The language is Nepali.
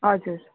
हजुर